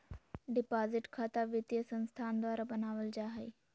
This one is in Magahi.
डिपाजिट खता वित्तीय संस्थान द्वारा बनावल जा हइ